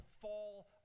fall